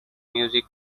music